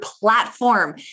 platform